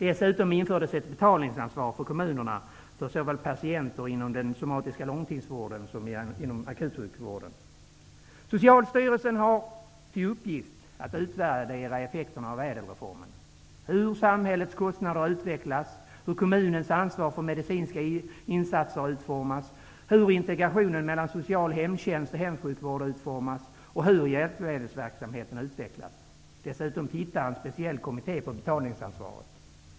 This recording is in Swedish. Dessutom infördes ett betalningsansvar för kommunerna för patienter i såväl den somatiska långtidsvården som inom akutsjukvården. Socialstyrelsen har till uppgift att utvärdera effekterna av Ädelreformen. Hur samhällets kostnader utvecklas. Hur kommunens ansvar för medicinska insatser utformas. Hur integrationen mellan social hemtjänst och hemsjukvård utformas. Och hur hjälpmedelsverksamheten utvecklas. Dessutom tittar en speciell kommitté på betalningsansvaret.